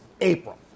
April